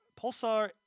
Pulsar